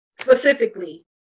specifically